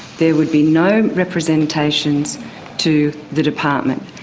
there would be no representations to the department,